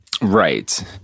Right